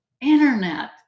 internet